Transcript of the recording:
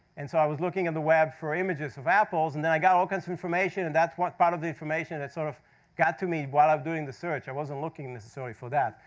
and so i was looking on the web for images of apples. and then i got all kinds of information, and that's what part of the information that sort of got to me while i was doing the search. i wasn't looking, necessarily, for that.